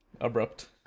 abrupt